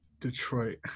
Detroit